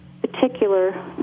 particular